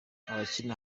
abakina